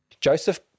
Joseph